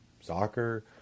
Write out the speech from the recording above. soccer